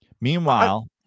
Meanwhile